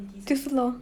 就是 lor